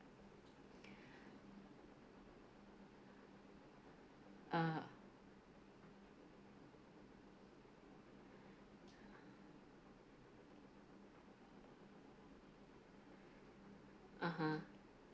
uh (uh huh)